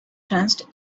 trust